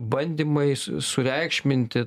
bandymai sureikšminti